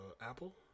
Apple